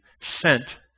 sent